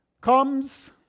comes